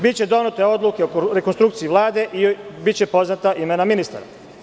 Biće donete odluke o rekonstrukciji Vlade i biće poznata imena ministara.